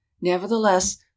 Nevertheless